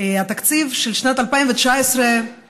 התקציב של שנת 2019 ייזכר,